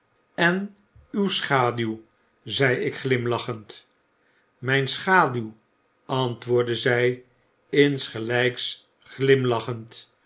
en uw schaduw zei ik glimlachend myn schaduw antwoordde zij insgelijks glimlachend